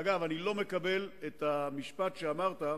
אגב, אני לא מקבל את המשפט שאמרת,